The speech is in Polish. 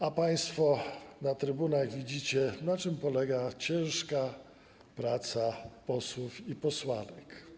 A państwo na trybunach widzicie, na czym polega ciężka praca posłów i posłanek.